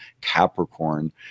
Capricorn